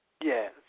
Yes